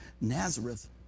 Nazareth